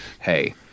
Hey